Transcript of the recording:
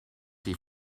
sie